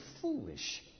foolish